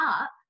up